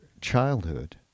childhood